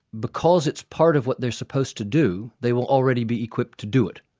because it's part of what they're supposed to do, they will already be equipped to do it.